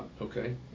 okay